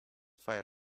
fire